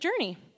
journey